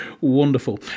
Wonderful